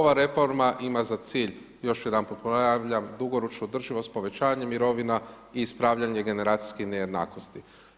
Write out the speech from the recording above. Ova reforma ima za cilj još jedanput ponavljam, dugoročnu održivost povećanje mirovina i ispravljanje generacijske nejednakosti.